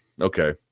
Okay